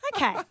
Okay